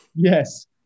Yes